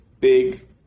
big